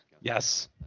Yes